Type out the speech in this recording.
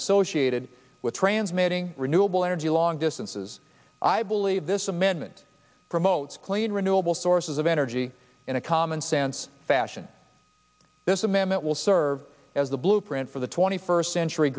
associated with transmitting renewable energy long distances i believe this amendment promotes clean renewable sources of energy in a commonsense fashion this amendment will serve as the blueprint for the twenty first century